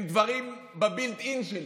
הם דברים ב-built-in שלי,